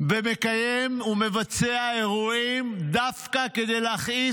ומקיים ומבצע אירועים דווקא כדי להכעיס,